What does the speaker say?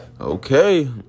Okay